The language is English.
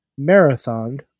marathoned